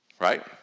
Right